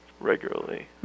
regularly